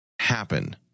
happen